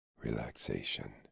relaxation